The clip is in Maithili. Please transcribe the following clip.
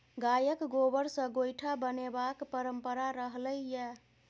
गायक गोबर सँ गोयठा बनेबाक परंपरा रहलै यै